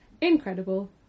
incredible